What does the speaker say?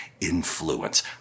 influence